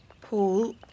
Paul